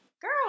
Girl